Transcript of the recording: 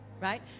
right